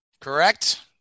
correct